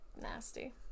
Nasty